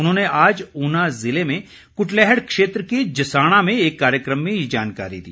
उन्होंने आज ऊना ज़िले में कुटलैहड़ क्षेत्र के जसाणा में एक कार्यक्रम में ये जानकारी दी